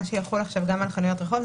מה שיחול עכשיו על חנויות רחוב,